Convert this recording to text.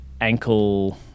ankle